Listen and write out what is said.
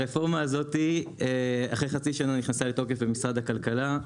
הרפורמה הזו נכנסה לתוקף אחרי חצי שנה במשרד הכלכלה,